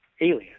alien